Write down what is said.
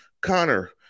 Connor